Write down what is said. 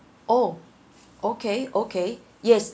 oh okay okay yes